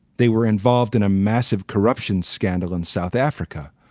they were involved in a massive corruption scandal in south africa.